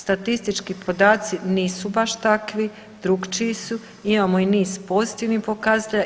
Statistički podaci nisu baš takvi, drugačiji su, imamo i niz pozitivnih pokazatelja.